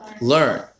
learn